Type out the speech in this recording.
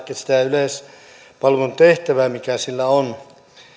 sitä yleispalvelun tehtävää mikä sillä on